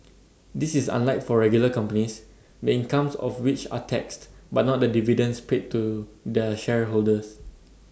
this is unlike for regular companies the incomes of which are taxed but not the dividends paid to their shareholders